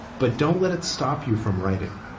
but don't let it stop you from writing.